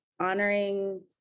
honoring